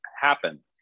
happen